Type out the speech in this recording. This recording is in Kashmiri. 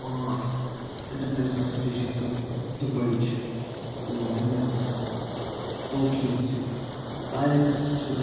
پانٛژھ اِنٹَرنیشنَل سِٹی چھِ یِتھ پٲٹھۍ دُبٔی چھِ لَنٛدن چھِ ٹوکیو چھِ پیرس چھِ